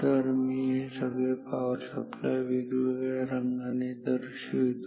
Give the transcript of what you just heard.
तर मी हे सगळे पावर सप्लाय वेगवेगळ्या रंगाने दर्शवितो